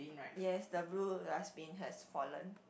yes the blue dustbin has fallen